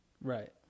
Right